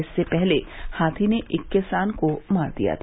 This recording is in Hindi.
इससे पहले हाथी ने एक किसान को मार दिया था